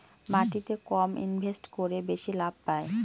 মাটিতে কম ইনভেস্ট করে বেশি লাভ পাই